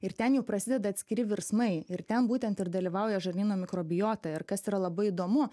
ir ten jau prasideda atskiri virsmai ir ten būtent ir dalyvauja žarnyno mikrobiota ir kas yra labai įdomu